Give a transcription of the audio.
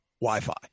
Wi-Fi